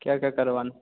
क्या क्या करवाना